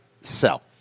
sell